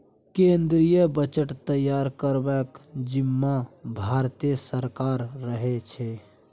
केंद्रीय बजट तैयार करबाक जिम्माँ भारते सरकारक रहै छै